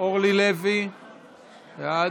אורלי לוי בעד,